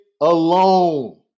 alone